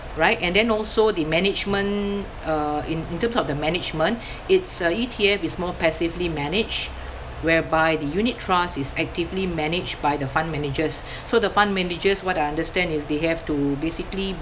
right and then also the management uh in in terms of the management it's uh E_T_F is more passively managed whereby the unit trust is actively managed by the fund managers so the fund managers what I understand is they have to basically